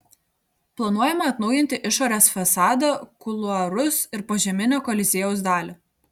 planuojama atnaujinti išorės fasadą kuluarus ir požeminę koliziejaus dalį